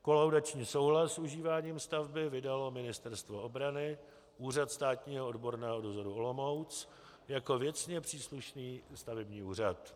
Kolaudační souhlas s užíváním stavby vydalo Ministerstvo obrany, Úřad státního odborného dozoru Olomouc, jako věcně příslušný stavební úřad.